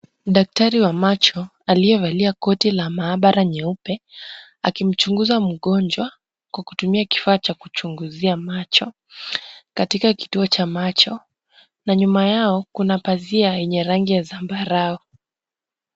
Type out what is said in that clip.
Daktari wa macho aliyevalia koti la maabara nyeupe, akimchunguza mgonjwa kwa kutumia kifaa cha kuchunguzia macho, katika kituo cha macho na nyuma yao kuna pazia yenye rangi ya zambarau.